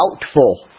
doubtful